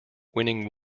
winning